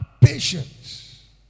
Patience